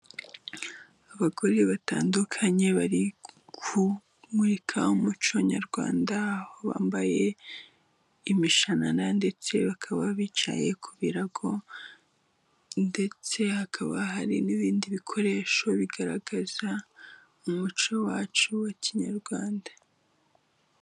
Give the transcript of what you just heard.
Abagore batandukanye bari kumurika umuco nyarwanda. Bambaye imishanana ndetse bakaba bicaye ku birago ndetse hakaba hari n'ibindi bikoresho bigaragaza umuco wacu wa kinyarwanda.